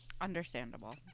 Understandable